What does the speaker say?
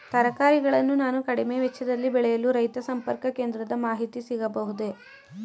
ತರಕಾರಿಗಳನ್ನು ನಾನು ಕಡಿಮೆ ವೆಚ್ಚದಲ್ಲಿ ಬೆಳೆಯಲು ರೈತ ಸಂಪರ್ಕ ಕೇಂದ್ರದ ಮಾಹಿತಿ ಸಿಗಬಹುದೇ?